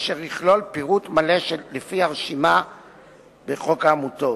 אשר יכלול פירוט מלא לפי הרשימה בחוק העמותות.